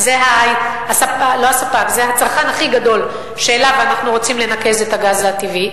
וזה הצרכן הכי גדול שאליו אנחנו רוצים לנקז את הגז הטבעי.